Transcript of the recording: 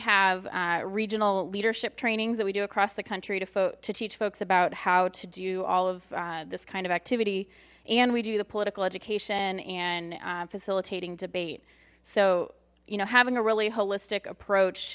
have regional leadership trainings that we do across the country to teach folks about how to do all of this kind of activity and we do the political education and facilitating debate so you know having a really holistic approach